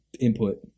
input